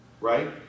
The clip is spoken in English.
Right